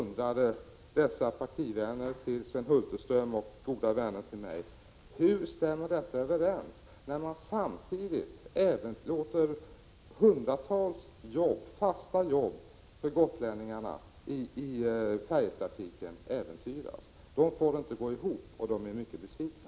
Men dessa partivänner till Sven Hulterström och goda vänner till mig undrade hur detta stämmer överens med att man samtidigt låter hundratals fasta jobb för gotlänningar inom färjetrafiken äventyras. Det får de inte att gå ihop, och de är mycket besvikna.